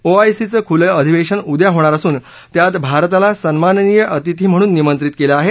ओआयसीचं खुलं अधिवेशन उद्या होणार असून त्यात भारताला सन्माननिय अतिथी म्हणून निमत्रित केलं आहे